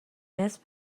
نصف